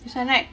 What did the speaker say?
this [one] right